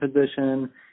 position